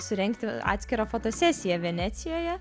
surengti atskirą fotosesiją venecijoje